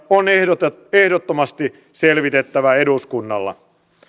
on ehdottomasti selvitettävä eduskunnalle